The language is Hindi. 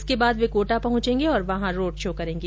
इसके बाद वे कोटा पहुंचेंगे और वहां रोड शो करेंगे